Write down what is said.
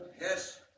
Yes